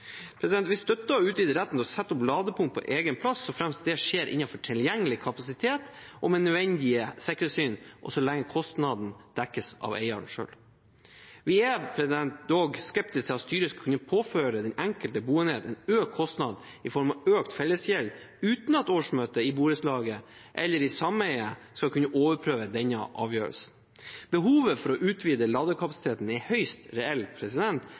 Vi støtter å utvide retten til å sette opp ladepunkt på egen plass såframt det skjer innenfor tilgjengelig kapasitet og med nødvendige sikkerhetshensyn, og så lenge kostnaden dekkes av eieren selv. Vi er dog skeptiske til at styret skal kunne påføre den enkelte boenhet en økt kostnad i form av økt fellesgjeld uten at årsmøtet i borettslaget eller sameiet skal kunne overprøve denne avgjørelsen. Behovet for å utvide ladekapasiteten er høyst reell,